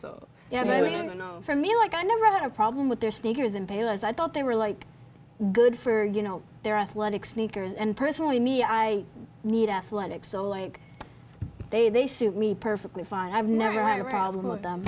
mean you know for me like i never had a problem with their sneakers and pale as i thought they were like good for you know their athletic sneakers and personally me i need athletic so like they they suit me perfectly fine i've never had a problem